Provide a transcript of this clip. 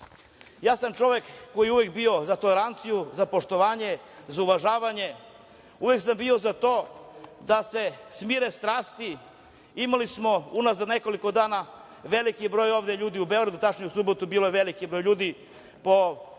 sam čovek koji je uvek bio za toleranciju, za poštovanje, za uvažavanje, uvek sam bio za to da se smire strasti. Imali smo unazad nekoliko dana veliki broj ljudi u Beogradu, tačnije u subotu bio je veliki broj ljudi, po procenama